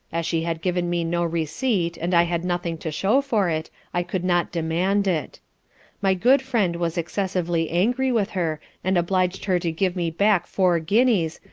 as she had given me no receipt and i had nothing to show for it, i could not demand it my good friend was excessively angry with her and obliged her to give me back four guineas,